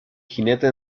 jinete